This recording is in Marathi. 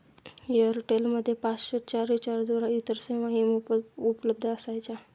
एअरटेल मध्ये पाचशे च्या रिचार्जवर इतर सेवाही मोफत उपलब्ध असायच्या